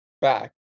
back